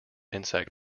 insect